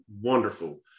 wonderful